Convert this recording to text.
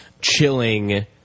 chilling